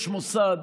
יש מוסד,